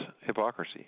hypocrisy